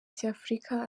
cy’afurika